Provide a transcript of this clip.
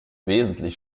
wesentlich